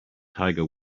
tiger